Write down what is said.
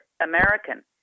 American